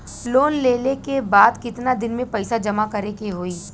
Loan लेले के बाद कितना दिन में पैसा जमा करे के होई?